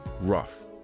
Rough